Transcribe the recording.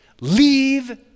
leave